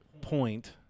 point